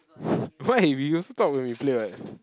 why we also talk when we play what